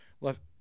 left